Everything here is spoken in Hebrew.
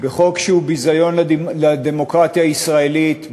בחוק שהוא ביזיון לדמוקרטיה הישראלית,